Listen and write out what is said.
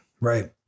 right